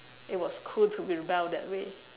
it was cool to be rebel that way